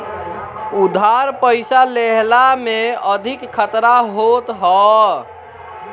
उधार पईसा लेहला में अधिका खतरा होत हअ